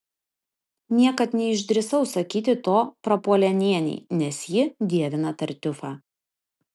niekad neišdrįsau sakyti to prapuolenienei nes ji dievina tartiufą